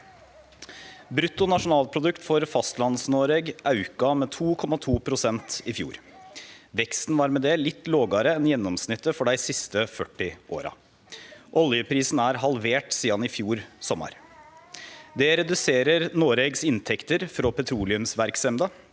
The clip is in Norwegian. Brutto nasjonalprodukt for Fastlands-Noreg auka med 2,2 pst. i fjor. Veksten var med det litt lågare enn gjennomsnittet for dei siste 40 åra. Oljeprisen er halvert sidan i fjor sommar. Det reduserer Noregs inntekter frå petroleumsverksemda.